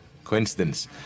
coincidence